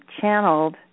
channeled